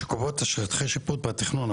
שקובעות את שטחי השיפוט והתכנון,